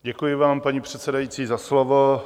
Děkuji vám, paní předsedající, za slovo.